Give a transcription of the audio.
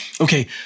Okay